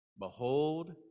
Behold